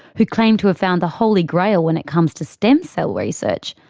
who claimed to have found the holy grail when it comes to stem cell research,